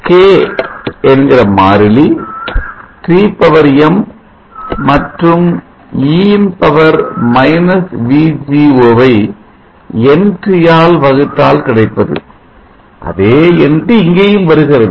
K K என்கிற மாறிலி Tm மற்றும் e இன் பவர் VGO யை nVT ஆல் வகுத்தால் கிடைப்பது அதே nVT இங்கேயும் வருகிறது